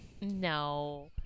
No